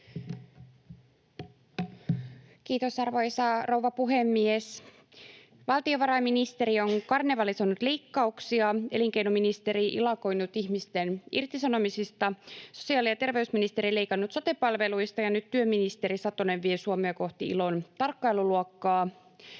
Kiitos, arvoisa rouva puhemies! Valtiovarainministeri on karnevalisoinut leikkauksia, elinkeinoministeri ilakoinut ihmisten irtisanomisista, sosiaali- ja terveysministeri on leikannut sote-palveluista, ja nyt työministeri Satonen vie Suomea kohti ILOn tarkkailuluokkaa.